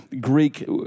Greek